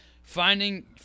Finding